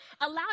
allow